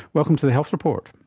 welcome to the health report.